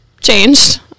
changed